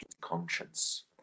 conscience